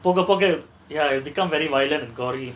போக போக:poka poka ya it become very violent gory